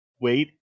wait